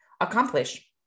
accomplish